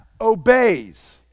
obeys